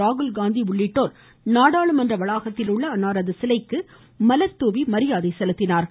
ராகுல்காந்தி உள்ளிட்டோர் நாடாளுமன்ற வளாகத்தில் உள்ள அன்னாரது சிலைக்கு மலர் தூவி மரியாதை செலுத்தினார்கள்